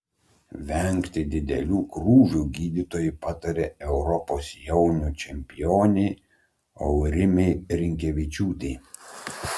vengti didelių krūvių gydytojai patarė europos jaunių čempionei aurimei rinkevičiūtei